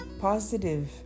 positive